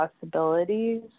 possibilities